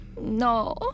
no